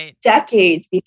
decades